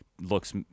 looks